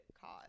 cause